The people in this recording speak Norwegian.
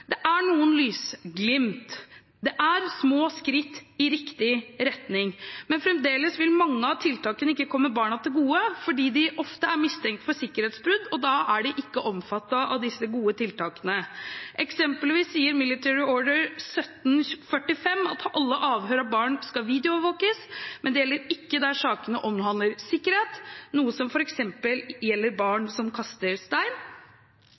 Det er noen lysglimt. Det er små skritt i riktig retning, men fremdeles vil mange av tiltakene ikke komme barna til gode fordi de ofte er mistenkt for sikkerhetsbrudd, og da er de ikke omfattet av disse gode tiltakene. Eksempelvis sier Military Order 1745 at alle avhør av barn skal videoovervåkes, men det gjelder ikke der sakene omhandler sikkerhet, noe som f.eks. gjelder barn som kaster stein.